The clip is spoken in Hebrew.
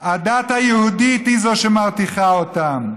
הדת היהודית היא זו שמרתיחה אותם.